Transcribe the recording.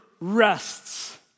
rests